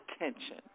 attention